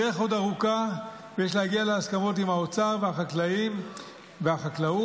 הדרך עוד ארוכה ויש להגיע להסכמות עם האוצר והחקלאים והחקלאות,